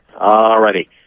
Alrighty